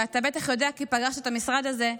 ואתה בטח יודע כי פגשת את המשרד הזה,